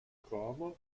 kramer